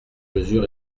mesure